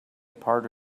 part